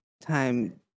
time